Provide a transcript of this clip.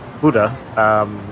Buddha